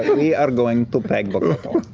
we are going to peg but